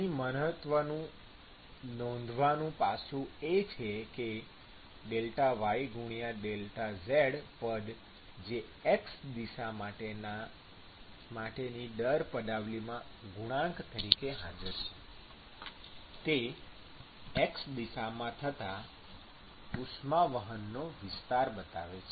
અહીં મહત્વનું નોંધવાનું પાસું એ છે કે ΔyΔz પદ જે x દિશા માટેની દર પદાવલીમાં ગુણાંક તરીકે હાજર છે તે x દિશામાં થતાં ઉષ્મા વહનનો વિસ્તાર બતાવે છે